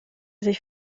sich